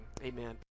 amen